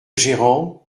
gérant